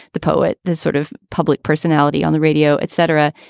the poet, the sort of public personality on the radio, et cetera.